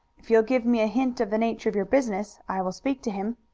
if you will give me a hint of the nature of your business i will speak to him.